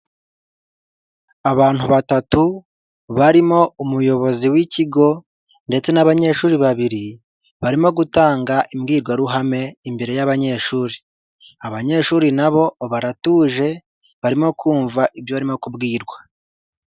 Abantu batatu barimo umuyobozi w'ikigo ndetse n'abanyeshuri babiri, barimo gutanga imbwirwaruhame imbere y'abanyeshuri, abanyeshuri nabo baratuje, barimo kumva ibyo barimo kubwirwa.